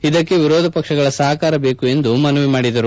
ಇದಕ್ಕೆ ವಿರೋಧಪಕ್ಷಗಳ ಸಹಕಾರ ಬೇಕು ಎಂದು ಮನವಿ ಮಾಡಿದರು